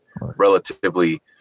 relatively